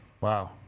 Wow